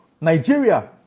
Nigeria